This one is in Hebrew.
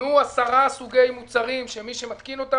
תנו עשרה סוגי מוצרים שמי שמתקין אותם